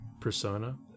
Persona